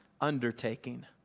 undertaking